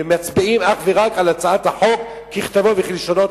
ומצביעים אך ורק על הצעת החוק ככתבה וכלשונה.